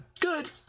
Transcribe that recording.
Good